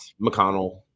McConnell